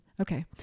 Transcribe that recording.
okay